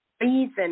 Reason